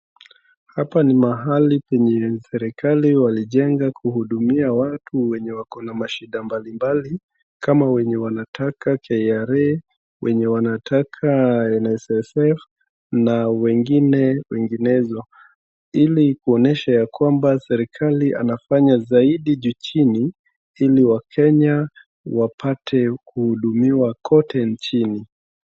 Hapa ni mahali penye serikali walijenga kuhudumia watu wenye wako na mashinda mbalimbali kama wenye wanataka KRA, wenye wanataka NSSF, na wengine wenginezo, ili kuonyesha ya kwamba serikali anafanya zaidi juu chini ili wakenya wapate kuhudumiwa kote nchini.